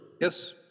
Yes